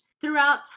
throughout